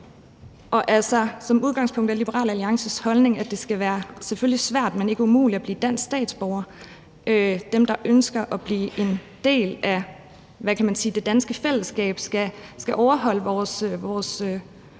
Som udgangspunkt er Liberal Alliances holdning, at det selvfølgelig skal være svært, men ikke umuligt at blive dansk statsborger. Dem, der ønsker at blive en del af det danske fællesskab, skal overholde vores lovgivning